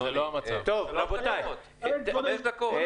חמש דקות?